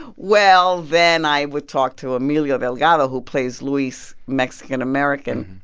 well, then i would talk to emilio delgado, who plays luis mexican-american.